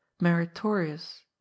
meritorious